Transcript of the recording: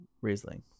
Riesling